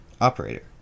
Operator